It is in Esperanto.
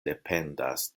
dependas